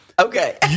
Okay